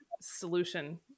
solution